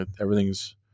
Everything's